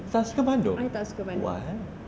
tak suka bandung why